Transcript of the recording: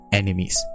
enemies